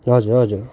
हजुर हजुर